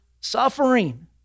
suffering